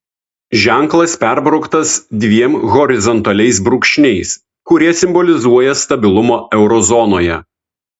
ženklas perbrauktas dviem horizontaliais brūkšniais kurie simbolizuoja stabilumą euro zonoje